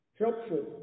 helpful